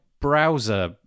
browser